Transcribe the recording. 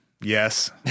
yes